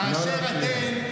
לא להפריע.